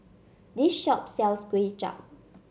this shop sells Kway Chap